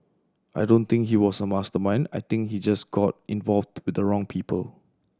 I don't think he was a mastermind I think he just got involved with the wrong people